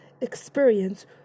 experience